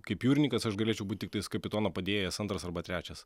kaip jūrininkas aš galėčiau būti tiktais kapitono padėjėjas antras arba trečias